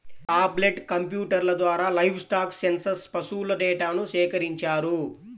tablet కంప్యూటర్ల ద్వారా livestock census పశువుల డేటాను సేకరించారు